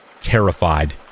terrified